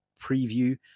preview